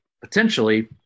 potentially